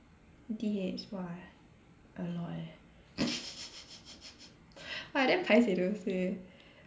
T_H !wah! a lot eh !wah! I damn paiseh to say